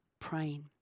praying